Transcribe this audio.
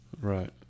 Right